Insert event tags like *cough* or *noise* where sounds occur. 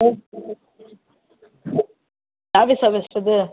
*unintelligible* தியாகேஷா பேசுகிறது